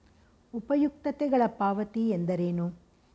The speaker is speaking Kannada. ಉಪಯುಕ್ತತೆಗಳ ಪಾವತಿ ಎಂದರೇನು?